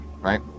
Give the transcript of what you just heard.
right